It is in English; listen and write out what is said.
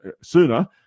sooner